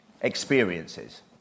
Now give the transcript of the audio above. experiences